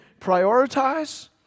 prioritize